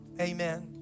Amen